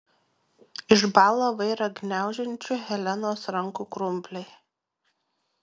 išbąla vairą gniaužiančių helenos rankų krumpliai